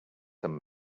some